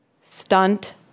Stunt